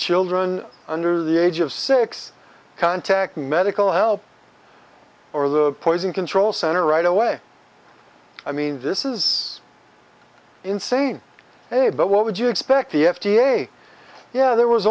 children under the age of six contact medical help or the poison control center right away i mean this is insane but what would you expect the f d a yeah there was